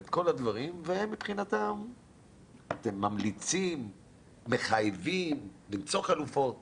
ואת כל הדברים מבחינתם אתם מחייבים למצוא חלופות